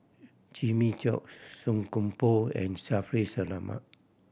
Jimmy Chok Song Koon Poh and Shaffiq Selamat